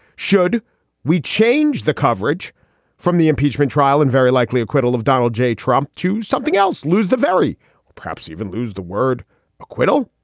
should we change the coverage from the impeachment trial and very likely acquittal of donald j. trump to something else, lose the very perhaps even lose the word acquittal.